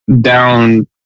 down